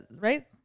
right